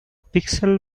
pixel